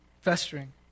festering